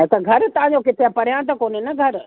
हा त घरु तव्हांजो किथे आहे परियां त कोन्हे न घर